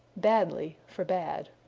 badly for bad.